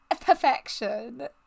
perfection